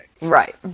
Right